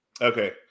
Okay